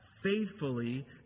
faithfully